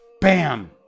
bam